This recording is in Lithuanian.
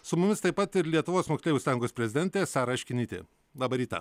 su mumis taip pat ir lietuvos moksleivių sąjungos prezidentė sara aškinytė labą rytą